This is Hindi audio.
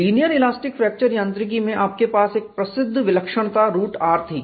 लीनियर इलास्टिक फ्रैक्चर यांत्रिकी में आपके पास प्रसिद्ध विलक्षणता रूट r थी